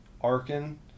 arkin